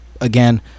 Again